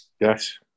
Yes